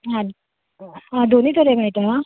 आं आं दोनी तरेन मेळटा